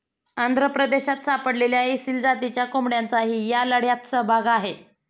आंध्र प्रदेशात सापडलेल्या एसील जातीच्या कोंबड्यांचाही या लढ्यात सहभाग आहे